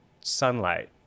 sunlight